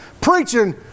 preaching